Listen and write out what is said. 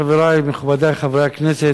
חברי מכובדי חברי הכנסת,